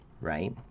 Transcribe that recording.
right